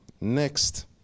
Next